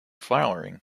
flowering